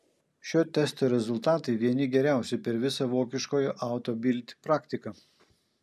šio testo rezultatai vieni geriausių per visą vokiškojo auto bild praktiką